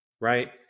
right